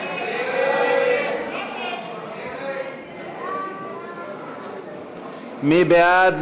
מי בעד?